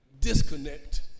disconnect